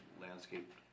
landscape